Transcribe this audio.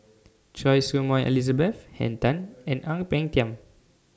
Choy Su Moi Elizabeth Henn Tan and Ang Peng Tiam